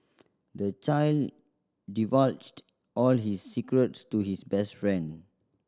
the child divulged all his secrets to his best friend